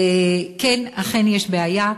כן, אכן יש בעיה,